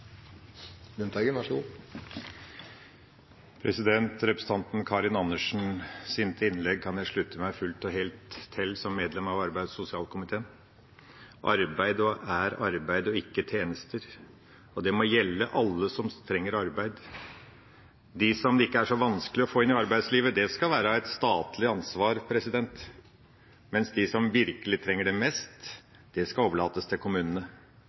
Representanten Karin Andersens innlegg kan jeg slutte meg fullt og helt til som medlem av arbeids- og sosialkomiteen. Arbeid er arbeid, og ikke tjenester, det må gjelde alle som trenger arbeid. De som det ikke er så vanskelig å få inn i arbeidslivet, skal være et statlig ansvar, mens de som virkelig trenger det mest, skal overlates til kommunene.